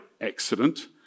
accident